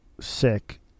sick